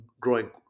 growing